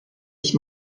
ich